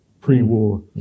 pre-war